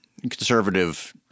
conservative